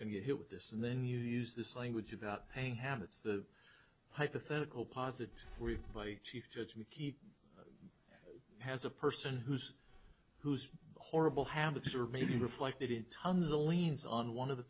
going to hit with this and then you use this language about paying habits the hypothetical positive we've chief judge we keep has a person who's who's horrible habits are maybe reflected in tons a liens on one of the